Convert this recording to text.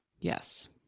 Yes